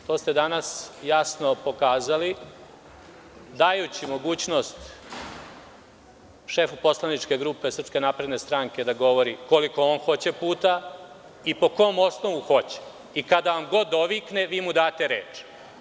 To ste danas jasno pokazali dajući mogućnost šefu poslaničke grupe SNS da govori koliko on hoće puta, i po kom osnovu hoće, i kada vam god dovikne, vi mu date reč.